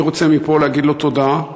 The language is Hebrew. אני רוצה מפה להגיד לו תודה,